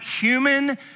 human